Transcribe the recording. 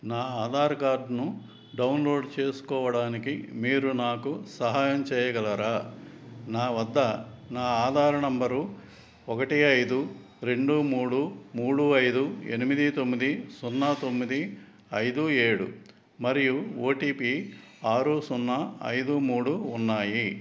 నా ఆధార్ కార్డ్ను డౌన్లోడ్ చేసుకోవడానికి మీరు నాకు సహాయం చేయగలరా నా వద్ద నా ఆధార్ నెంబరు ఒకటి ఐదు రెండు మూడు మూడు ఐదు ఎనిమిది తొమ్మిది సున్నా తొమ్మిది ఐదు ఏడు మరియు ఓ టీ పీ ఆరు సున్నా ఐదు మూడు ఉన్నాయి